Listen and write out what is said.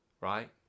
right